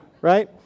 Right